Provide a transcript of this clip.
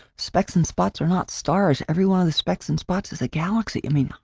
specs and spots are not stars. every one of the specs in spots is a galaxy. i mean,